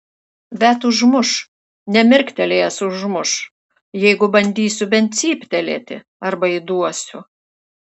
bet užmuš nemirktelėjęs užmuš jeigu bandysiu bent cyptelėti arba įduosiu